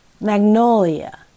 Magnolia